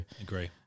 agree